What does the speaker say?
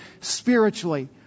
spiritually